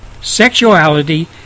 sexuality